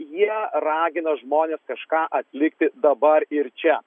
jie ragina žmones kažką atlikti dabar ir čia